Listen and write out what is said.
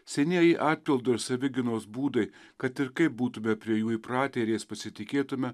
senieji atpildo ir savigynos būdai kad ir kaip būtume prie jų įpratę ir jais pasitikėtume